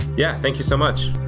yeah, thank you so much.